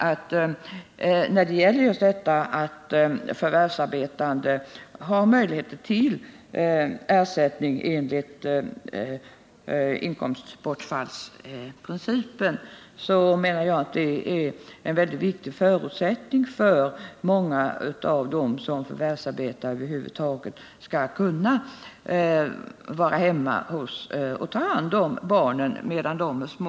Att förvärvsarbetande har möjlighet till ersättning enligt inkomstbortfallsprincipen är en väldigt viktig förutsättning för många av dem som förvärvsarbetar för att de över huvud taget skall kunna vara hemma och ta hand om sina barn medan de är små.